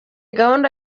gahunda